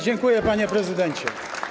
Dziękuję, panie prezydencie.